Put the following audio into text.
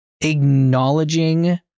acknowledging-